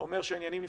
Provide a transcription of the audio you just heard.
אומר שהעניינים נפתרו.